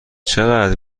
چقدر